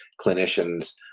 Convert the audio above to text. clinicians